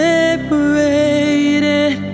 Separated